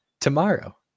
tomorrow